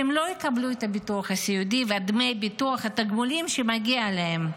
שהם לא יקבלו את הביטוח הסיעודי ואת דמי ביטוח התגמולים שמגיעים להם.